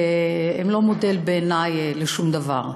והם לא מודל בעיני לשום דבר.